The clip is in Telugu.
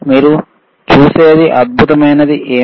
మీరు చూసేది అద్భుతమైనది ఏమిటి